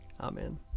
Amen